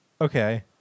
Okay